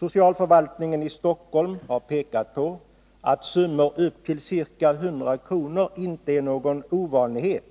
Socialförvaltningen i Stockholm har pekat på att summor på upp till ca 100 kr. inte är någon ovanlighet